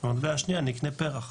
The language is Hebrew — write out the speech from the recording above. במטבע השני אני אקנה פרח'.